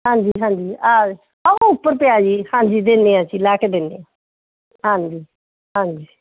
ਹਾਂਜੀ ਹਾਂਜੀ ਆ ਆਹ ਉੱਪਰ ਪਿਆ ਜੀ ਹਾਂਜੀ ਦਿੰਦੇ ਹਾਂ ਜੀ ਲਾਹ ਕੇ ਦਿੰਦੇ ਹਾਂ ਹਾਂਜੀ ਹਾਂਜੀ